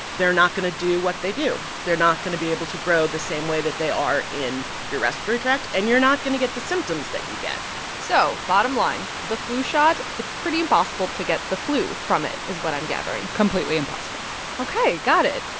they're not going to do what they do. they're not going to be able to grow the same way that they are in your respiratory tract. and you're not going to get the symptoms that you get so bottom line the flu shot, it's pretty impossible to get the flu from it, is i'm gathering completely impossible ok, got it.